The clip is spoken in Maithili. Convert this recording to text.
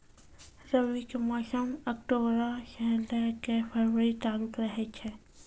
रबी के मौसम अक्टूबरो से लै के फरवरी तालुक रहै छै